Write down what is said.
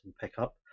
pickup